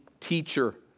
teacher